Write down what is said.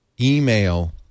email